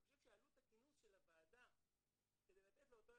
אני חושב שעלות הכינוס של הוועדה כדי לתת לאותו